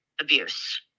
abuse